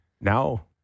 now